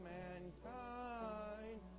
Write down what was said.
mankind